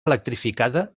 electrificada